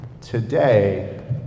today